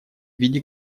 виде